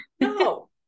No